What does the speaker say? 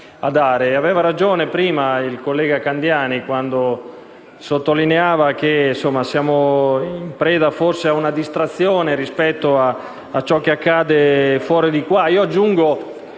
Aveva ragione il collega Candiani, quando sottolineava che siamo preda forse di una distrazione rispetto a ciò che accade fuori di qui. Aggiungo